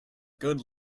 good